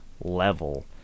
level